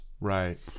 Right